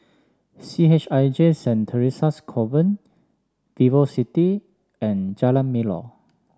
C H I J Saint Theresa's Convent VivoCity and Jalan Melor